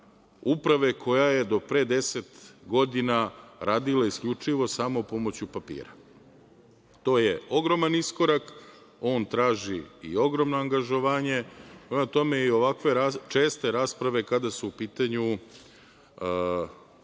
uprave koja je do pre 10 godina radila isključivo samo pomoću papira. To je ogroman iskorak, on traži i ogromno angažovanje, prema tome, i ovakve česte rasprave kada su u pitanju Zakon